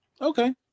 Okay